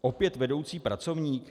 Opět vedoucí pracovník?